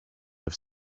have